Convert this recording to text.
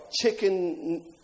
chicken